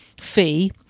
fee